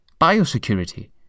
Biosecurity